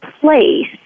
place